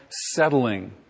settling